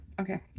okay